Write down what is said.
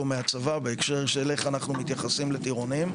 מהצבא בהקשר של איך אנחנו מתייחסים לטירונים,